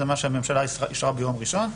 זה מה שהממשלה אישרה ביום ראשון,